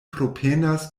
promenas